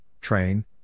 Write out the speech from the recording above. Train